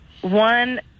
one